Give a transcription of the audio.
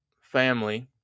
family